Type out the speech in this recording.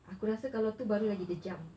aku rasa kalau tu baru lagi dia jump